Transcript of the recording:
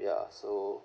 ya so